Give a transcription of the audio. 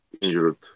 injured